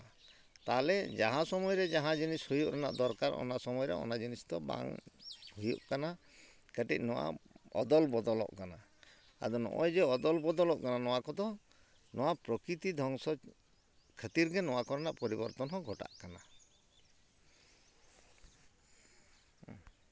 ᱛᱟᱦᱚᱞᱮ ᱡᱟᱦᱟᱸ ᱥᱚᱢᱚᱭ ᱨᱮ ᱡᱟᱦᱟᱸ ᱡᱤᱱᱤᱥ ᱦᱩᱭᱩᱜ ᱨᱮᱱᱟᱜ ᱫᱚᱨᱠᱟᱨ ᱚᱱᱟ ᱥᱚᱢᱚᱭ ᱨᱮ ᱚᱱᱟ ᱡᱤᱱᱤᱥ ᱫᱚ ᱵᱟᱝ ᱦᱩᱭᱩᱜ ᱠᱟᱱᱟ ᱠᱟᱹᱴᱤᱡ ᱱᱚᱣᱟ ᱚᱫᱚᱞ ᱵᱚᱫᱚᱞᱚᱜ ᱠᱟᱱᱟ ᱟᱫᱚ ᱱᱚᱜᱼᱚᱭ ᱡᱮ ᱚᱫᱚᱞ ᱵᱚᱫᱚᱞᱚᱜ ᱠᱟᱱᱟ ᱱᱚᱣᱟ ᱠᱚᱫᱚ ᱱᱚᱣᱟ ᱯᱨᱚᱠᱨᱤᱛᱤ ᱫᱷᱚᱝᱥᱚ ᱠᱷᱟᱹᱛᱤᱨ ᱜᱮ ᱱᱚᱣᱟ ᱠᱚᱨᱮᱱᱟᱜ ᱯᱚᱨᱤᱵᱚᱨᱛᱚᱱ ᱦᱚᱸ ᱜᱷᱚᱴᱟᱜ ᱠᱟᱱᱟ